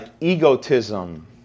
egotism